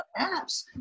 apps